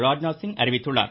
ராஜ்நாத்சிங் அறிவித்துள்ளார்